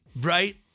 Right